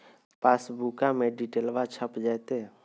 पासबुका में डिटेल्बा छप जयते?